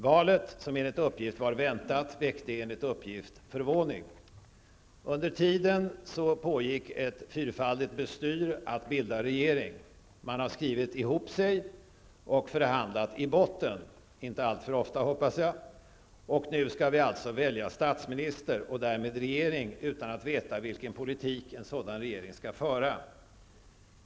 Valet, som enligt uppgift var väntat, väckte enligt uppgift förvåning. Under tiden pågick ett fyrfaldigt bestyr att bilda regering. Man har skrivit ihop sig och ''förhandlat i botten'' -- inte alltför ofta hoppas jag -- och nu skall vi alltså välja statsminister och därmed regering utan att veta vilken politik en sådan regering skall föra.